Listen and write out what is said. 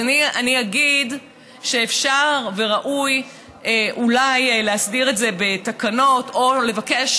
אז אני אגיד שאפשר וראוי אולי להסדיר את זה בתקנות או לבקש